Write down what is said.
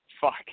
fuck